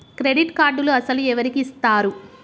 Credit కార్డులు అసలు ఎవరికి ఇస్తారు?